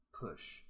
Push